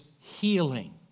healing